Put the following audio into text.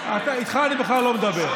איתך אני בכלל לא מדבר.